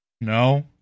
No